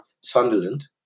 Sunderland